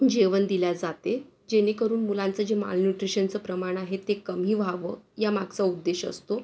जेवण दिले जाते जेणेकरून मुलांचं जे मालन्यूट्रीशनचं प्रमाण आहे ते कमी व्हावं यामागचा उद्देश असतो